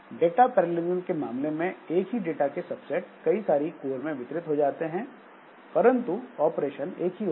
data parallelism के मामले में एक ही डाटा के सबसेट कई सारी कोर में वितरित हो जाते हैं परंतु ऑपरेशन एक ही होता